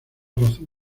razón